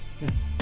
Yes